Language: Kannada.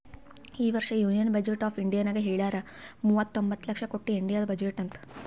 ಈ ವರ್ಷ ಯೂನಿಯನ್ ಬಜೆಟ್ ಆಫ್ ಇಂಡಿಯಾನಾಗ್ ಹೆಳ್ಯಾರ್ ಮೂವತೊಂಬತ್ತ ಲಕ್ಷ ಕೊಟ್ಟಿ ಇಂಡಿಯಾದು ಬಜೆಟ್ ಅಂತ್